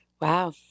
Wow